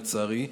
לצערי.